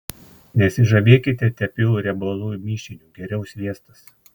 nesižavėkite tepiu riebalų mišiniu geriau sviestas